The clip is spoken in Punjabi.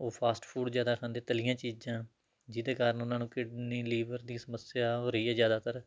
ਉਹ ਫਾਸਟ ਫੂਡ ਜ਼ਿਆਦਾ ਖਾਂਦੇ ਤਲੀਆਂ ਚੀਜ਼ਾਂ ਜਿਹਦੇ ਕਾਰਨ ਉਨ੍ਹਾਂ ਨੂੰ ਕਿਡਨੀ ਲੀਵਰ ਦੀ ਸਮੱਸਿਆ ਹੋ ਰਹੀ ਹੈ ਜ਼ਿਆਦਾਤਰ